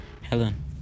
Helen